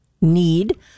need